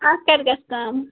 اَتھ کَتہِ گَژھِ کم